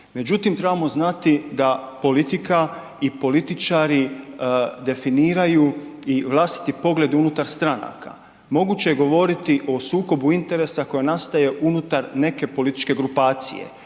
Međutim, trebamo znati da politika i političari definiraju i vlastiti pogled unutar stranaka, moguće je govoriti o sukobu interesa koji nastaje unutar neke političke grupacije,